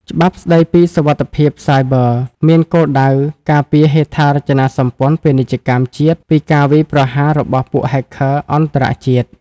ច្បាប់ស្ដីពីសុវត្ថិភាពសាយប័រ មានគោលដៅការពារហេដ្ឋារចនាសម្ព័ន្ធពាណិជ្ជកម្មជាតិពីការវាយប្រហាររបស់ពួក Hacker អន្តរជាតិ។